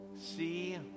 see